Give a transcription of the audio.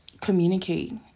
communicate